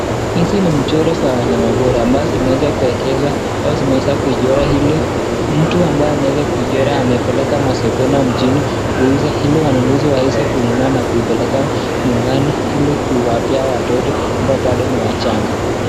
Hizi ni mchoro za wanyama pori ambazo zimeweza kuwekeza zimeweza kuchora ili mtu ambaye ameweza kuchora amepeleka sokoni mjini kuuza ili wanunuzi waweze kununua na kuipeleka nyumbani ili kuwapea watoto ambao bado ni wachanga.